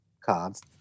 cards